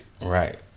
Right